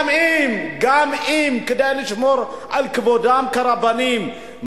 גם אם כדאי לשמור על כבודם כרבנים,